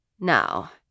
Now